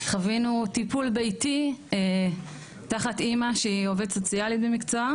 חווינו טיפול ביתי תחת אמא שהיא עובדת סוציאלית במקצוע.